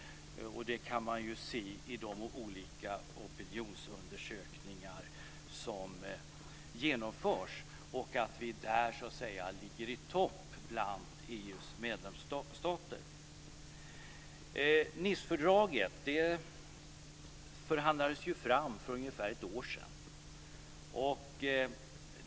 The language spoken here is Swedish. Det kan man se i de olika opinionsundersökningar som genomförs, där vi ligger i topp bland EU:s medlemsstater. Nicefördraget förhandlades fram för ungefär ett år sedan.